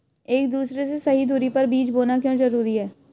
एक दूसरे से सही दूरी पर बीज बोना क्यों जरूरी है?